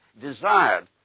desired